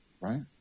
right